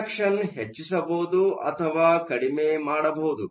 conduction ಹೆಚ್ಚಿಸಬಹುದು ಅಥವಾ ಕಡಿಮೆ ಮಾಡಬಹುದು